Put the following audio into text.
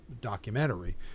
documentary